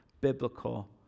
biblical